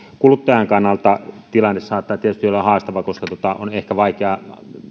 kuluttajan kannalta tilanne saattaa tietysti olla haastava koska on ehkä vaikea